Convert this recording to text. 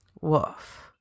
Woof